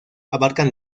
abarcan